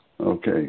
Okay